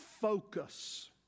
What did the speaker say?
focus